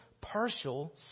partial